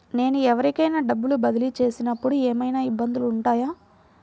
నేను ఎవరికైనా డబ్బులు బదిలీ చేస్తునపుడు ఏమయినా ఇబ్బందులు వుంటాయా?